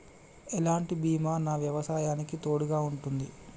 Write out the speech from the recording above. ఎలాంటి బీమా నా వ్యవసాయానికి తోడుగా ఉంటుంది?